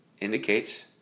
indicates